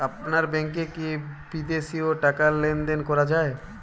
আপনার ব্যাংকে কী বিদেশিও টাকা লেনদেন করা যায়?